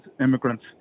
immigrants